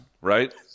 right